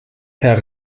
herr